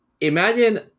Imagine